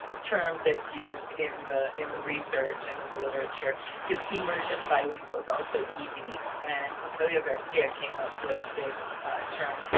term that's used in the in the research and in the literature is emergent bilingual, it's also ebs. and ofelia garcia came up with this term,